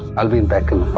i'll be back in